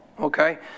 okay